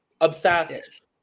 Obsessed